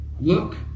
Look